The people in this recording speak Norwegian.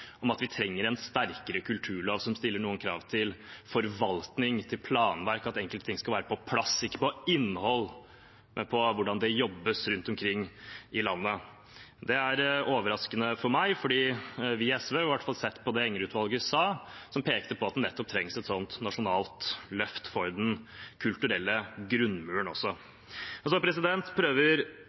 om at vi trenger en sterkere kulturlov som stiller noen krav til forvaltning, til planverk, at enkelte ting skal være på plass, ikke når det gjelder innhold, men når det gjelder hvordan det jobbes rundt omkring i landet. Det er overraskende for meg fordi vi i SV har i hvert fall sett på det Enger-utvalget sa, som pekte på at det nettopp trengs et sånt nasjonalt løft for den kulturelle grunnmuren også. Så prøver